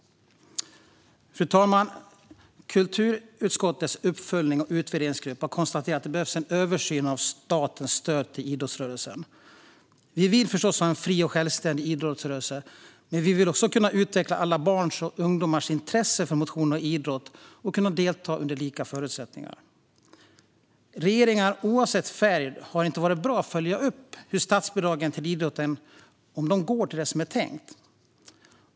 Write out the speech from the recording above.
Fru talman! Kulturutskottets uppföljnings och utvärderingsgrupp har konstaterat att det behövs en översyn av statens stöd till idrottsrörelsen. Vi vill förstås ha en fri och självständig idrottsrörelse, men vi vill också utveckla alla barns och ungdomars intresse för motion och idrott och möjlighet att delta under lika förutsättningar. Oavsett färg har regeringar inte varit bra på att följa upp att statsbidrag till idrotten går till det som är tänkt.